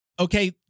Okay